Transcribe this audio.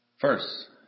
first